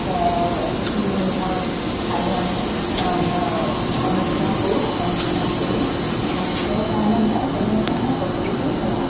সেইখিনি মই ভালধৰণে অনুশীলন কৰোঁ অনুশীলন কৰি এটা গীতৰ কাৰণে মই তেনেধৰণে প্ৰস্তুতি চলাওঁ